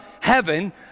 heaven